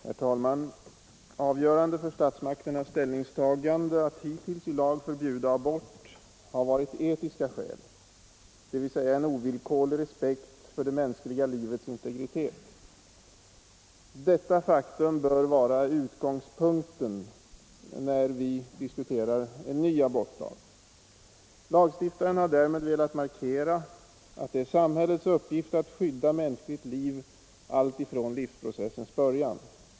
Herr talman! Avgörande för statsmakternas ställningstagande att hittills i lag förbjuda abort har varit etiska skäl, dvs. en ovillkorlig respekt för det mänskliga livets integritet. Detta faktum bör vara utgångspunkten när vi diskuterar en ny abortlag. Lagstiftarna har därmed velat markera att det är samhällets uppgift att skydda mänskligt liv alltifrån livsprocessens början.